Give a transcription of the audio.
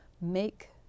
make